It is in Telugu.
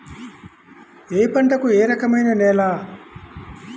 ఏ పంటకు ఏ రకమైన నేల?